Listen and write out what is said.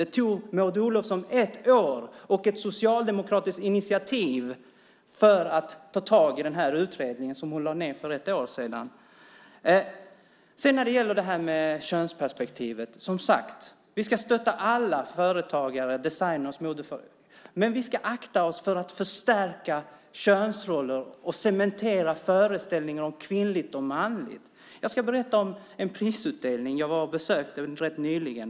Det tog Maud Olofsson ett år - och det var ett socialdemokratiskt initiativ - att ta tag i den här utredningen, som hon lade ned för ett år sedan. Sedan gäller det könsperspektivet. Vi ska, som sagt, stötta alla företagare, designer och modeföretag. Men vi ska akta oss för att förstärka könsroller och cementera föreställningar om kvinnligt och manligt. Jag ska berätta om en prisutdelning jag besökte rätt nyligen.